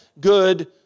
good